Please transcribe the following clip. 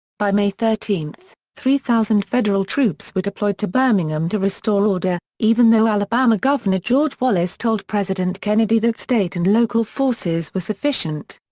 by may thirteen, three thousand federal troops were deployed to birmingham to restore order, even though alabama governor george wallace told president kennedy that state and local forces were sufficient.